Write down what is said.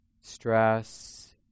stress